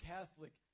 Catholic